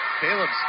Caleb